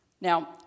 Now